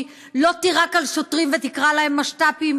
לא תירק על שוטרים ותקרא להם משת"פים,